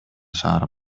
шаар